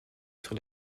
sur